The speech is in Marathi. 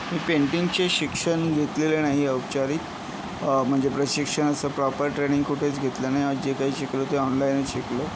मी पेंटिंगचे शिक्षण घेतलेले नाहीये औपचारिक म्हणजे प्रशिक्षण असं प्रॉपर ट्रेनिंग कुठेच घेतलं नाही जे काही शिकलो ते ऑनलाइनच शिकलो